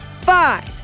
five